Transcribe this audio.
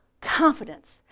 confidence